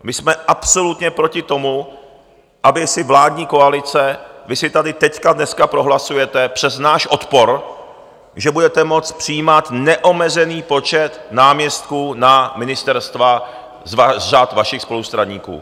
My jsme absolutně proti tomu, aby si vládní koalice, vy si tady teď dneska prohlasujete přes náš odpor, že budete moct přijímat neomezený počet náměstků na ministerstva z řad vašich spolustraníků.